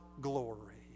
glory